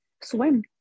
swim